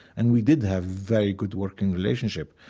and we did have very good working relationship.